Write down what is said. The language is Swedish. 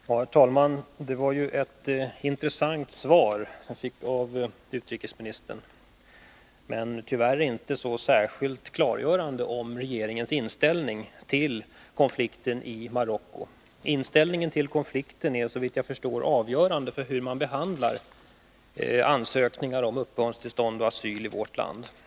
Herr talman! Det var ju ett intressant svar jag fick av utrikesministern, Om rätten till asyl men det var tyvärr inte särskilt klargörande i fråga om regeringens inställning för flyktingar från till konflikten i Marocko. Regeringens inställning är, såvitt jag förstår det, avgörande för hur ansökningar om uppehållstillstånd och asyl i vårt land behandlas.